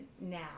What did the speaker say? now